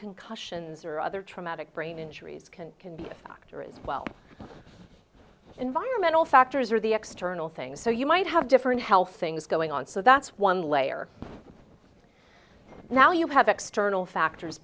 concussions or other traumatic brain injuries can can be a factor as well environmental factors or the external things so you might have different health things going on so that's one layer now you have external factors